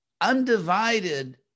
undivided